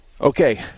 Okay